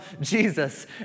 Jesus